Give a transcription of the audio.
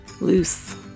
Loose